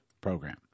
program